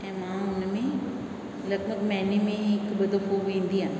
ऐं मां उन में लॻभॻि महीने में हिकु ॿ दफ़ो वेंदी आहियां